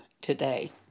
today